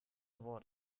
wort